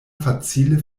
facile